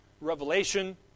Revelation